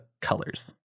colors